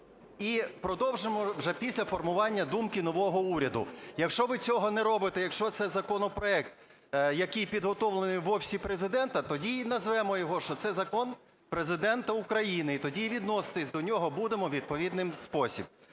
і продовжимо вже після формування думки нового уряду. Якщо ви цього не робите, якщо це законопроект, який підготовлений в Офісі Президента, тоді й назвемо його, що це закон Президента України. І тоді й відноситись до нього будемо у відповідний спосіб.